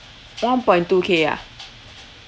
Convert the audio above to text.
one point two K ah